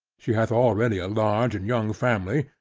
she hath already a large and young family,